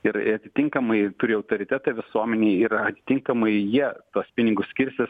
ir ir atitinkamai turi autoritetą visuomenėj ir atinkamai jie tuos pinigus skirstys